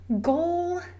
goal